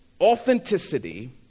authenticity